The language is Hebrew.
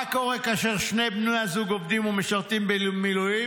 מה קורה כאשר שני בני הזוג עובדים ומשרתים במילואים?